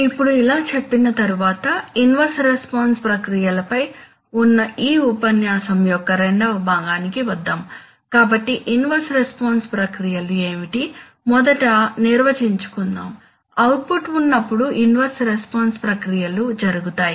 ఇప్పుడు ఇలా చెప్పిన తరువాతఇన్వర్స్ రెస్పాన్స్ ప్రక్రియలపై ఉన్న ఈ ఉపన్యాసం యొక్క రెండవ భాగానికి వద్దాం కాబట్టి ఇన్వర్స్ రెస్పాన్స్ ప్రక్రియలు ఏమిటి మొదట నిర్వచించుకుందాం అవుట్పుట్ ఉన్నప్పుడు ఇన్వర్స్ రెస్పాన్స్ ప్రక్రియలు జరుగుతాయి